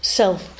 self